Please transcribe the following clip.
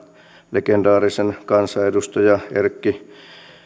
legendaarisen kansanedustaja erkki pulliaisen